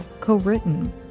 co-written